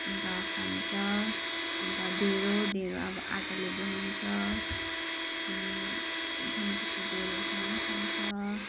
अन्त खान्छ अन्त ढेँडो ढेँडो अब आँटाले बनाउँछ अनि गुन्द्रुकको झोलहरूसँग पनि खान्छ